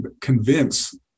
convince